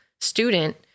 student